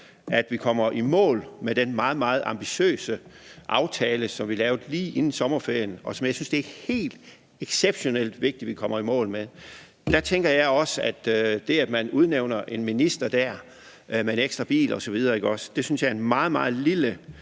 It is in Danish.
at vi kommer i mål med den meget, meget ambitiøse aftale, som vi lavede lige inden sommerferien, og som jeg synes det er helt exceptionelt vigtigt vi kommer i mål med. Der tænker jeg også, at det, at man udnævner en minister der, med en ekstra bil osv., synes jeg er en meget,